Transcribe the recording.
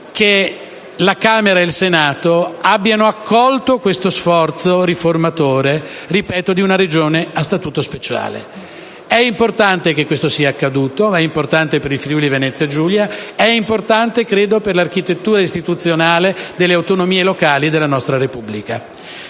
che la Camera e il Senato abbiano accolto questo sforzo riformatore di una Regione a Statuto speciale. È importante che questo sia accaduto; lo è per il Friuli-Venezia Giulia e per l'architettura istituzionale delle autonomie locali della nostra Repubblica.